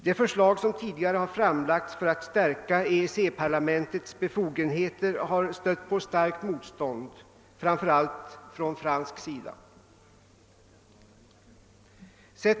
De tidigare framlagda förslagen för att stärka EEC-parlamentets befogenheter har stött på starkt motstånd, framför allt från fransk sida.